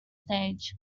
stage